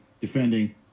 defending